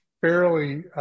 fairly